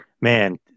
man